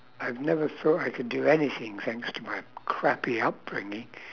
I've never thought I could do anything thanks to my crappy upbringing